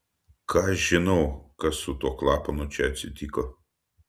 ką aš žinau kas su tuo klapanu čia atsitiko